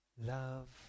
love